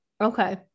Okay